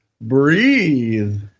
Breathe